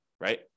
right